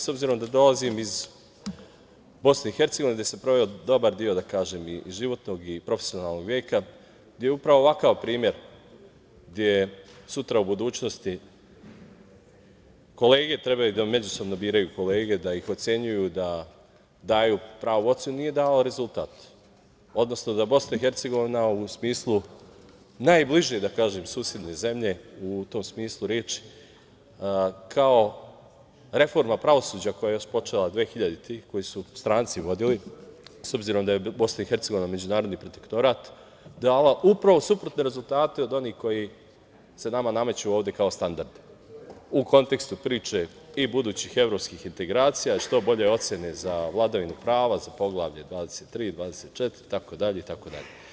S obzirom da dolazim iz BiH, gde sam proveo dobar deo životnog i profesionalnog veka, gde upravo ovakav primer gde sutra i u budućnosti kolege treba da međusobno biraju kolege, da ih ocenjuju, da daju pravu ocenu, nije dao pravi rezultat, odnosno da BiH u smislu najbliže susedne zemlje u tom smislu reči, kao reforma pravosuđa koja je počela 2000, koju su stranci vodili, s obzirom da je BiH međunarodni protektorat, dala upravo suprotne rezultate od onih koji se nama nameću ovde kao standardi, u kontekstu priče i budućih evropskih integracija i što bolje ocene za vladavinu prava, za Poglavlje 23, 24, itd, itd.